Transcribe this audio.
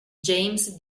james